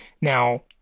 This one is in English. Now